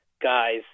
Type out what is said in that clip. guys